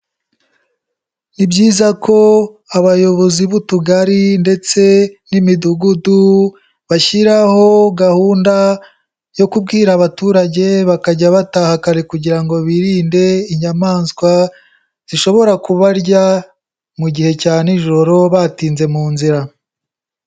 Ni byiza ko abayobozi b'utugari ndetse n'imidugudu bashyiraho gahunda, yo kubwira abaturage bakajya bataha kare kugira ngo birinde inyamaswa, zishobora kubarya mu gihe cya nijoro batinze mu nzira.